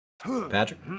Patrick